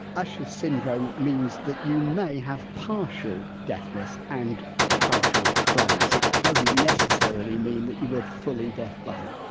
usher's syndrome means that you may have partial deafness and partial blindness, it doesn't necessarily mean that you are fully deafblind.